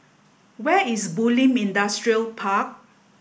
where is Bulim Industrial Park